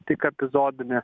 tik epizodinė